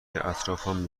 اطرافم